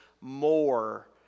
more